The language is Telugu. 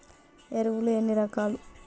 ఎరువులు ఎన్ని రకాలు?